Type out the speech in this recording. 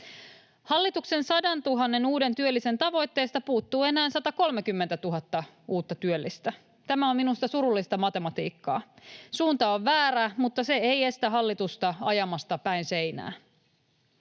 Hallituksen 100 000:n uuden työllisen tavoitteesta puuttuu enää 130 000 uutta työllistä. Tämä on minusta surullista matematiikkaa. Suunta on väärä, mutta se ei estä hallitusta ajamasta päin seinää.